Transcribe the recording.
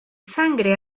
sangre